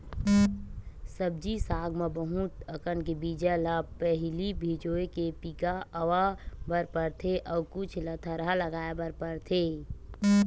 सब्जी साग म बहुत अकन के बीजा ल पहिली भिंजोय के पिका अवा बर परथे अउ कुछ ल थरहा लगाए बर परथेये